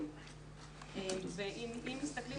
כרגע אסור.